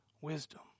wisdom